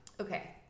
Okay